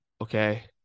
okay